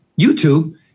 YouTube